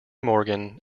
morgan